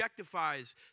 objectifies